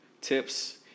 tips